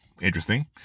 Interesting